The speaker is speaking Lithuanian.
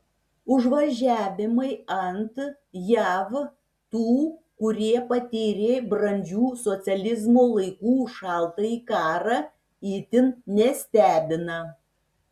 užvažiavimai ant jav tų kurie patyrė brandžių socializmo laikų šaltąjį karą itin nestebina